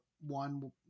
one